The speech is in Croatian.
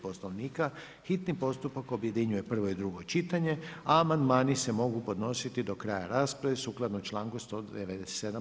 Poslovnika hitni postupak objedinjuje prvo i drugo čitanje, a amandmani se mogu podnositi do kraja rasprave sukladno članku 197.